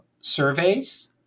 surveys